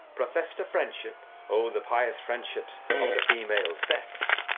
professed a friendship! oh, the pious friendships of the female sex!